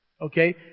Okay